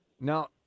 Now